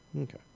Okay